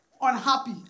unhappy